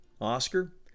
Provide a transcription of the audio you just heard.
Oscar